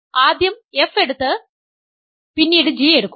അതിനാൽ ആദ്യം f എടുത്ത് പിന്നീട് g എടുക്കുക